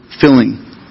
filling